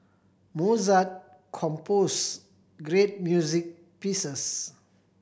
Mozart composed great music pieces